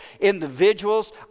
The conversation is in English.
individuals